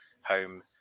home